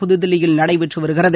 புதுதில்லியில் நடைபெற்று வருகிறது